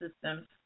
systems